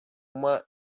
uma